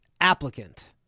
applicant